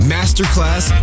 Masterclass